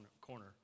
corner